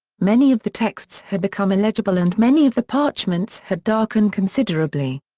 many of the texts had become illegible and many of the parchments had darkened considerably.